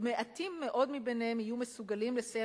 "מעטים מאוד מביניהם יהיו מסוגלים לסיים